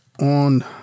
on